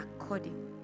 according